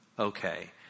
Okay